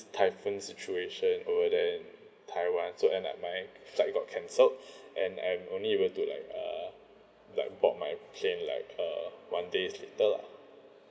typhoon situation over there in taiwan so end up my flight got cancelled and and only will took like uh like board my plane like uh one day's later lah